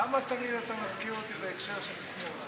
למה תמיד אתה מזכיר אותי בהקשר של שמאל?